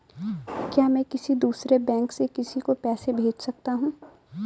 क्या मैं किसी दूसरे बैंक से किसी को पैसे भेज सकता हूँ?